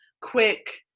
quick